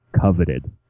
coveted